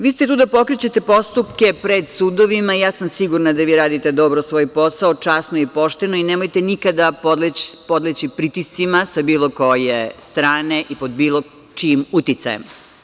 Vi ste tu da pokrećete postupke pred sudovima i sigurna sam da vi radite dobro svoj posao, časno i pošteno i nemojte nikada podleći pritiscima sa bilo koje strane i pod bilo čijim uticajem.